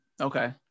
okay